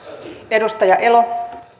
edustaja